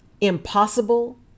impossible